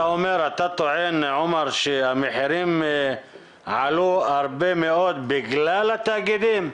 אתה טוען שהמחירים עלו דווקא בגלל התאגידים?